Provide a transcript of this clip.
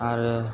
आरो